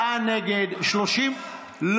34 נגד, 34 בעד.